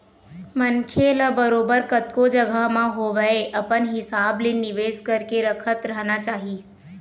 मनखे ल बरोबर कतको जघा म होवय अपन हिसाब ले निवेश करके रखत रहना चाही